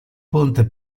ponte